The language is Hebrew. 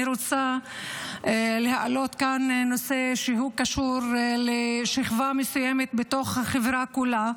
אני רוצה להעלות כאן נושא שקשור לשכבה מסוימת בתוך החברה כולה,